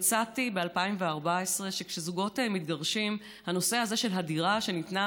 מצאתי ב-2014 שכשזוגות מתגרשים הנושא הזה של הדירה שניתנה